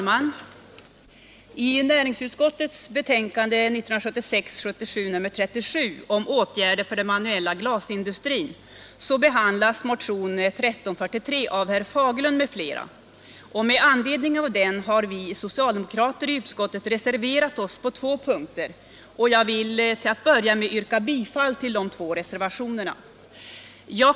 Jag kommer inte att närmare gå in på motionen i dess helhet — det Nr 129 kommer herr Fagerlund att göra senare — utan jag skall enbart kom Torsdagen den mentera de två reservationerna.